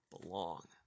belong